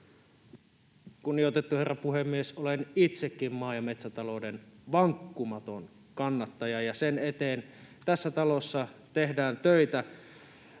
Kunnioitettu herra puhemies! Olen itsekin maa- ja metsätalouden vankkumaton kannattaja, ja sen eteen tässä talossa tehdään töitä.